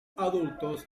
adultos